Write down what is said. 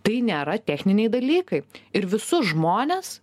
tai nėra techniniai dalykai ir visus žmones